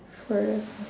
for real